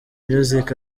music